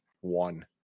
one